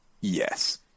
Yes